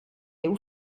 hauts